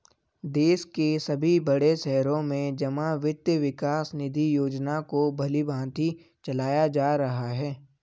देश के सभी बड़े शहरों में जमा वित्त विकास निधि योजना को भलीभांति चलाया जा रहा है